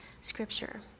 Scripture